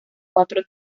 cuatro